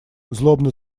злобно